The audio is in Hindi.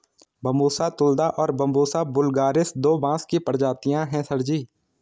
बंबूसा तुलदा और बंबूसा वुल्गारिस दो बांस की प्रजातियां हैं सर जी